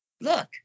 look